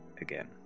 again